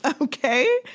Okay